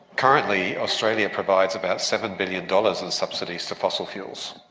currently australia provides about seven billion dollars in subsidies to fossil fuels,